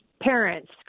parents